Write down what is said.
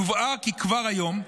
יובהר כי כבר היום,